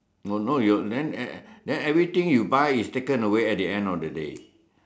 don't know you then e~ e~ then everything you buy is taken away at the end of the day